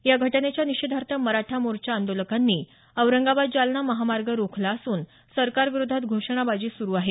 या घटनेच्या निषेधार्थ मराठा मोर्चा आंदोलकांनी औरंगाबाद जालना महामार्ग रोखला असून सरकार विरोधात घोषणा बाजी सुरु आहे